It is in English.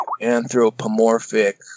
anthropomorphic